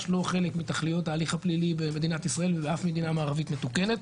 לא חלק מתכליות ההליך הפלילי במדינת ישראל ובאף מדינה מערבית מתוקנת.